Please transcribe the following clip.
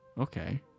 Okay